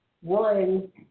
one